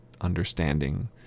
understanding